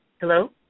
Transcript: Hello